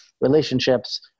relationships